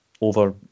over